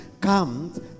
comes